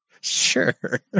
Sure